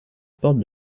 porte